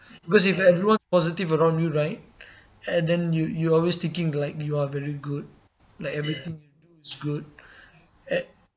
because if everyone positive around you right and then you you always thinking like you are very good like everything is good at